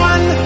One